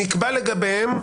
שנקבע לגביהם,